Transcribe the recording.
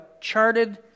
charted